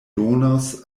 donos